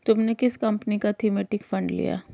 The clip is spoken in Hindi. तुमने किस कंपनी का थीमेटिक फंड लिया है?